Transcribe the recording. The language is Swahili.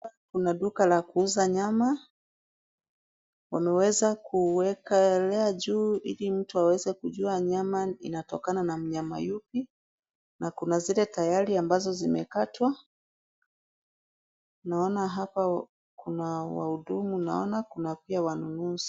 Kuna duka la kuuza nyama. Wameweza kuwekelea juu ili mtu aweze kujua nyama inatokana na mnyama yupi na kuna zile tayari ambazo zimekatwa. Naona hapa kuna wahudumu naona kuna pia wanunuzi.